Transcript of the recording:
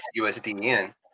usdn